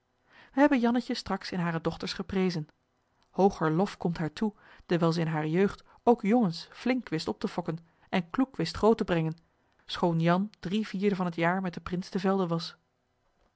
hebben jannetje straks in hare dochters geprezen hooger lof komt haar toe dewijl ze in hare jeugd ook jongens flink wist op te fokken en kloek wist groot te brengen schoon jan drie vierde van het jaar met den prins te velde was